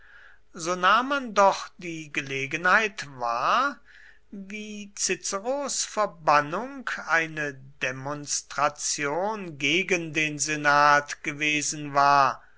so nahm man doch die gelegenheit wahr wie ciceros verbannung eine demonstration gegen den senat gewesen war